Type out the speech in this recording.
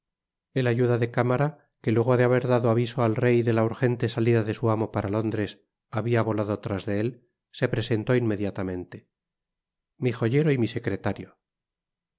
el ayuda de cámara que luego de haber dado aviso al rey de la urgente salida de su amo para londres habia volado tras de él se presentó inmediatamente mi joyero y mi secretario